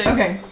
Okay